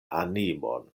animon